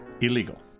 illegal